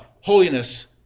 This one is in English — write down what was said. holiness